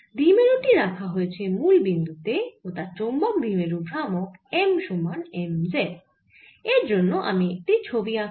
দ্বিমেরু টি রাখা হয়েছে মুল বিন্দু তে ও তার চৌম্বক দ্বিমেরু ভ্রামক m সমান m z এর জন্য আমি একটি ছবি আঁকি